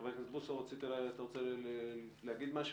חבר הכנסת בוסו, אתה רוצה להגיד משהו?